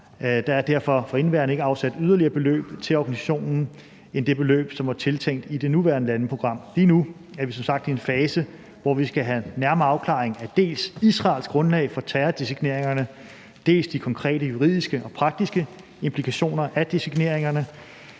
Der er derfor for indeværende ikke afsat yderligere beløb til organisationen end det beløb, som var tiltænkt i det nuværende landeprogram. Lige nu er vi som sagt i en fase, hvor vi skal have en nærmere afklaring af dels Israels grundlag for terrordesigneringerne, dels de konkrete juridiske og praktiske implikationer af designeringerne,